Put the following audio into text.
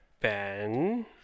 Ben